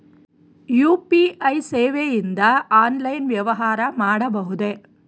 UPI ಸೇವೆಯಿಂದ online ವ್ಯವಹಾರ ಮಾಡಬಹುದೇ?